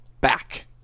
back